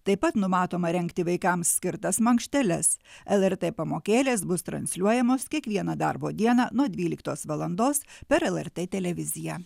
taip pat numatoma rengti vaikams skirtas mankšteles lrt pamokėlės bus transliuojamos kiekvieną darbo dieną nuo dvyliktos valandos per lrt televiziją